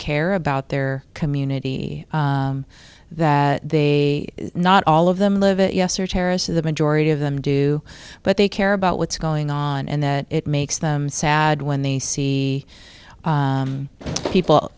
care about their community that they not all of them live in a yes or terrace of the majority of them do but they care about what's going on and that it makes them sad when they see people